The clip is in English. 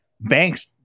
Banks